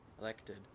elected